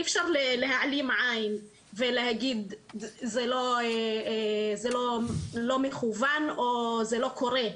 אי אפשר להעלים עין ולהגיד זה לא מכוון או זה לא קורה.